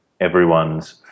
everyone's